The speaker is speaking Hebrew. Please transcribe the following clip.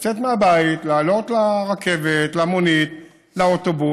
לצאת מהבית, לעלות לרכבת, למונית, לאוטובוס.